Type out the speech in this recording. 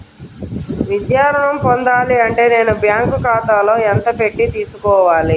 విద్యా ఋణం పొందాలి అంటే నేను బ్యాంకు ఖాతాలో ఎంత పెట్టి తీసుకోవాలి?